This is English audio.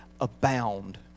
abound